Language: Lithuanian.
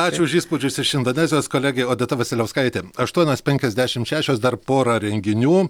ačiū už įspūdžius iš indonezijos kolegė odeta vasiliauskaitė aštuonios penkiasdešim šešios dar pora renginių